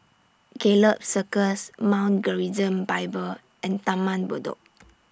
Gallop Circus Mount Gerizim Bible and Taman Bedok